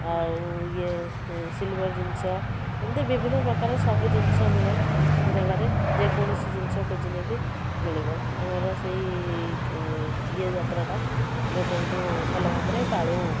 ଆଉ ଇଏ ସିଲଭର୍ ଜିନିଷ ଏମିତି ବିଭିନ୍ନ ପ୍ରକାର ସବୁ ଜିନଷ ମିଳେ ସେ ଜାଗାରେ ଯେକୌଣସି ଜିନିଷ ଖୋଜିଲେ ବି ମିଳିବ ଆମର ସେଇ ଇଏ ଯାତ୍ରାଟା ଆମେ ବହୁତ ଭଲ ଭାବରେ ପାଳୁ